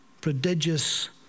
prodigious